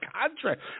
contract